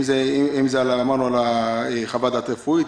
אם זה על חוות דעת רפואית,